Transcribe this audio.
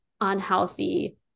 unhealthy-